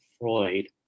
Freud